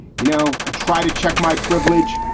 you know, i try to check my privilege.